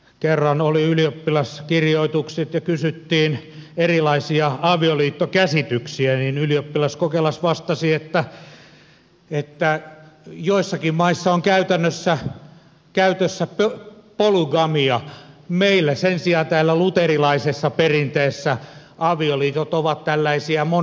kerran oli ylioppilaskirjoitukset ja kysyttiin erilaisia avioliittokäsityksiä ja ylioppilaskokelas vastasi että joissakin maissa on käytännössä käytössä polygamia meillä sen sijaan täällä luterilaisessa perinteessä avioliitot ovat tällaisia monotonisia